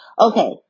okay